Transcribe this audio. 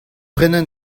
brenañ